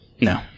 No